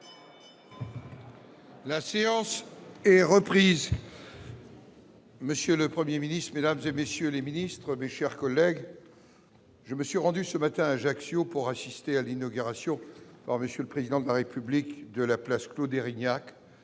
La séance est repris